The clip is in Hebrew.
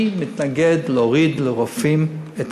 אני מתנגד להורדת המס לרופאים.